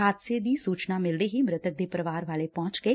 ਹਾਦਸੇ ਦੀ ਸੁਚਨਾ ਮਿਲਦੇ ਹੀ ਮ੍ਤਿਕ ਦੇ ਪਰਿਵਾਰ ਵਾਲੇ ਪਹੁੰਚ ਗਏ